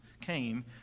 came